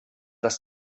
das